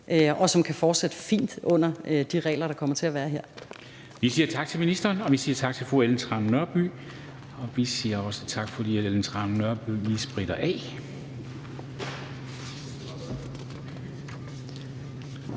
og som kan fortsætte fint under de regler, der kommer til at være her.